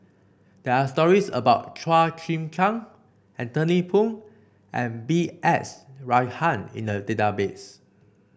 there are stories about Chua Chim Kang Anthony Poon and B S Rajhan in the database